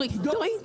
תורי.